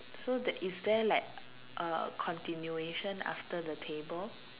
so that is there like a continuation after the table